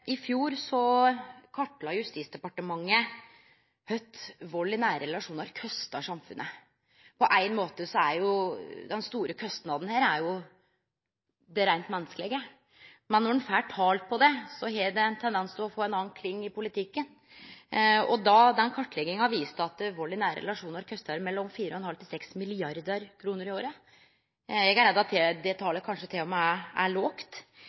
I fjor kartla Justisdepartementet kva vald i nære relasjonar kostar samfunnet. På ein måte er den store kostnaden her det reint menneskelege, men når ein får tal på det, har det ein tendens til å få ein annan klang i politikken. Kartlegginga viste at vald i nære relasjonar kostar mellom 4,5 mrd. kr og 6 mrd. kr i året. Eg er redd for at det talet kanskje til og med er for lågt.